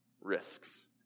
risks